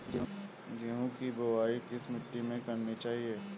गेहूँ की बुवाई किस मिट्टी में करनी चाहिए?